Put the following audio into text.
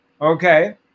Okay